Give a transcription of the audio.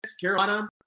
Carolina